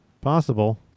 possible